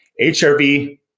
HRV